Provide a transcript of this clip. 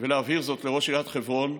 ולהבהיר זאת לראש עיריית חברון.